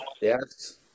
yes